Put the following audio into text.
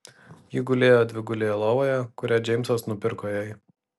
ji gulėjo dvigulėje lovoje kurią džeimsas nupirko jai